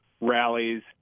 rallies